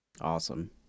Awesome